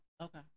Okay